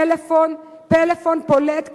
טלפון, פלאפון פולט קרינה.